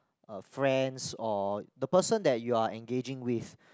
uh friends or the person that you are engaging with